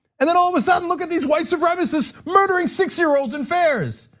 and then all of a sudden, look at these white supremacists murdering six year olds in fairs,